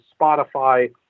Spotify